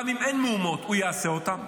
גם אם אין מהומות, הוא יעשה אותן.